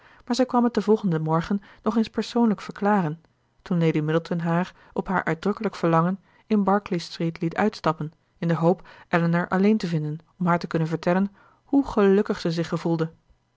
maar zij kwam het den volgenden morgen nog eens persoonlijk verklaren toen lady middleton haar op haar uitdrukkelijk verlangen in berkeley street liet uitstappen in de hoop elinor alleen te vinden om haar te kunnen vertellen hoe gelukkig zij zich gevoelde